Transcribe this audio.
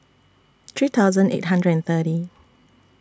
three thousand eight hundred and thirty